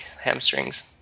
hamstrings